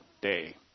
day